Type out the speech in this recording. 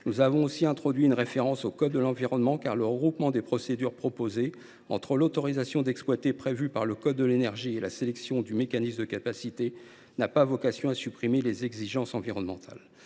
Nous avons aussi introduit une référence au code de l’environnement, car le regroupement des procédures proposé, entre l’autorisation d’exploiter prévue par le code de l’énergie et la sélection du mécanisme de capacité, n’a pas vocation à supprimer les exigences environnementales.